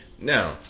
Now